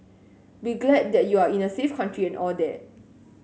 be glad that you are in a safe country and all that